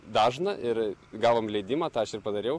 dažna ir gavom leidimą tą aš ir padariau